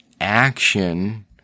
action